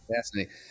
Fascinating